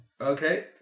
Okay